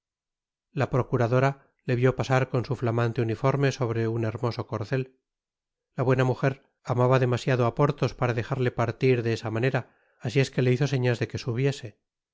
la procuradora le vió pasar con su flamante uniforme sobre un hermoso corcet la buena mujer amaba demasiado á porthos para dejarle partir de esa manera asi es que le hizo señas de que subiese